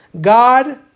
God